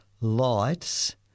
lights